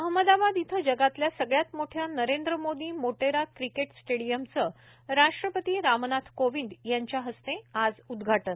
अहमदाबाद इथं जगातल्या सगळ्यात मोठ्या नरेंद्र मोदी मोटेरा क्रिकेट स्टेडीयमचं राष्ट्रपती रामनाथ कोविंद यांच्या हस्ते आज उद्घाटन